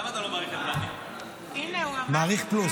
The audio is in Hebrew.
למה אתה לא מעריך את --- מעריך פלוס.